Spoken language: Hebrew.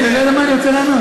אתה לא יודע מה אני רוצה לענות.